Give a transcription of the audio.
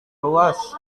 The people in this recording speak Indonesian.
luas